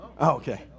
Okay